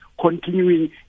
continuing